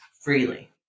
freely